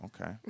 okay